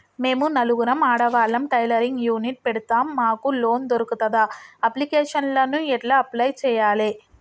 మేము నలుగురం ఆడవాళ్ళం టైలరింగ్ యూనిట్ పెడతం మాకు లోన్ దొర్కుతదా? అప్లికేషన్లను ఎట్ల అప్లయ్ చేయాలే?